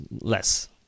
less